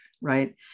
right